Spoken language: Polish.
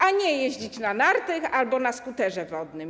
A nie jeździć na nartach albo na skuterze wodnym.